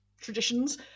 traditions